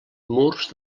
murs